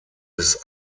bis